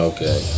Okay